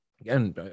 again